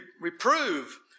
reprove